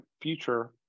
future